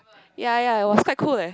ya ya ya it was quite cold leh